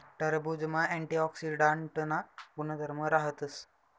टरबुजमा अँटीऑक्सीडांटना गुणधर्म राहतस